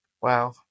Wow